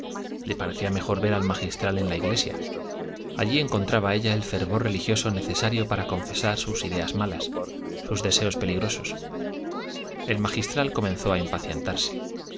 le parecía mejor ver al magistral en la iglesia allí encontraba ella el fervor religioso necesario para confesar sus ideas malas sus deseos peligrosos el magistral comenzó a impacientarse